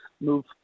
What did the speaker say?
move